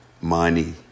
Money